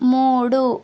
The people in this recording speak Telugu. మూడు